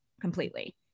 completely